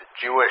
Jewish